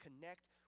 connect